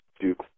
Duke